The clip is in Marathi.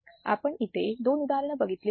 तर आपण इथे दोन उदाहरणं घेतली होती